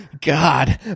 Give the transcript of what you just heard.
God